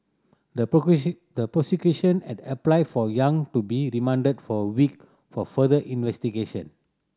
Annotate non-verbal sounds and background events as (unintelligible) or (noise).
the (unintelligible) the prosecution had applied for Yang to be remanded for a week for further investigation